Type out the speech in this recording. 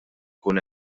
ikun